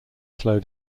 slow